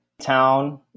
town